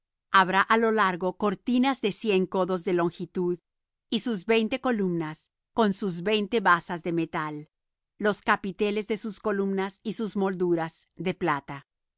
las cortinas del atrio eran de cien codos de lino torcido sus columnas veinte con sus veinte basas de metal los capiteles de las columnas y sus molduras de plata